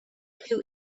two